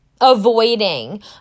avoiding